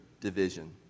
division